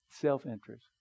Self-interest